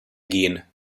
gehen